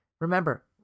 Remember